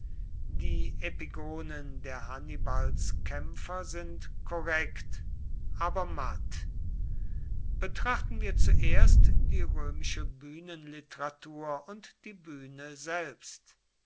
die epigonen der hannibalskämpfer sind korrekt aber matt betrachten wir zuerst die römische bühnenliteratur und die bühne selbst